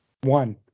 One